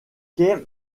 kay